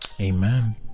Amen